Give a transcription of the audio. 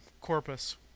corpus